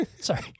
Sorry